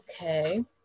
okay